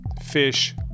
fish